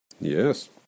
Yes